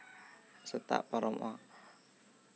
ᱥᱮᱛᱟᱜ ᱯᱟᱨᱚᱢᱚᱜᱼᱟ